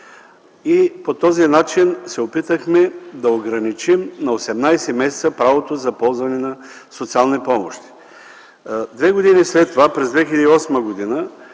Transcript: и по този начин се опитахме да ограничим на 18 месеца правото за ползване на социални помощи. Две години след това – през 2008 г.,